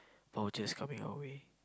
vouchers coming our way